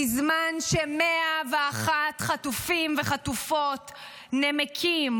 בזמן ש-101 חטופים וחטופות נמקים,